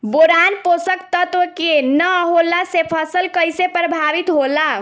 Boron पोषक तत्व के न होला से फसल कइसे प्रभावित होला?